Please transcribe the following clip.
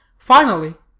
finally,